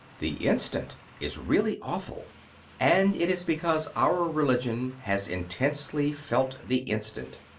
the instant is really awful and it is because our religion has intensely felt the instant,